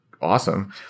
awesome